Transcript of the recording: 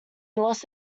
los